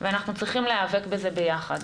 ואנחנו צריכים להיאבק בזה ביחד.